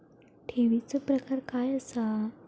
ठेवीचो प्रकार काय असा?